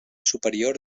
superior